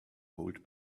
hold